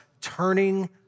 turning